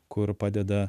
kur padeda